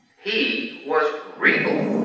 he was regal.